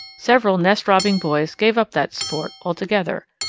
several nest-robbing boys gave up that sport altogether.